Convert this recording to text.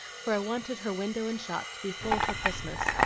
for i wanted her window and shop to be full for christmas,